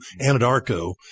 Anadarko